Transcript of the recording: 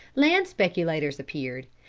land speculators appeared,